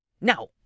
Now